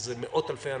וזה מאות אלפי אנשים,